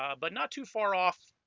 ah but not too far off